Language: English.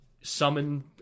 summon